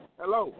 hello